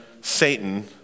Satan